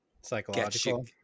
psychological